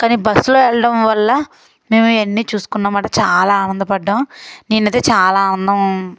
కానీ బస్సులో వెళ్ళడం వల్ల మేము ఇవన్నీ చూసుకున్నాం మాట చాలా ఆనందపడ్డాం నేనైతే చాలా ఆనందం